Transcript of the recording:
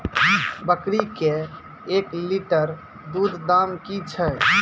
बकरी के एक लिटर दूध दाम कि छ?